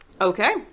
Okay